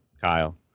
Kyle